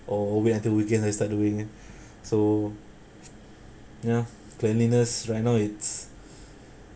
or wait until weekend I start doing it so ya cleanliness right now it's